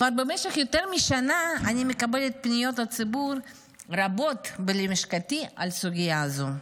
כבר במשך יותר משנה אני מקבלת פניות ציבור רבות בלשכתי בסוגיה זו.